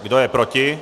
Kdo je proti?